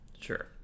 Sure